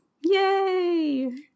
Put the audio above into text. Yay